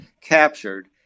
captured